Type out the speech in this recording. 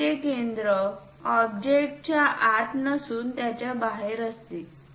कंसचे केंद्र ऑब्जेक्ट च्या आत नसून त्याच्या बाहेर असते